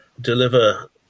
deliver